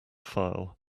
file